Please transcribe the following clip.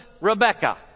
Rebecca